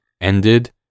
ended